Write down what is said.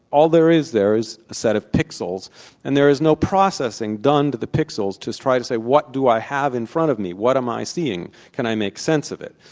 all there is there is a set of pixels and there is no processing done to the pixels to try to say, what do i have in front of me? what am i seeing? can i make sense of it?